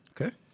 Okay